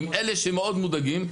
עם אלה שמאוד מודאגים,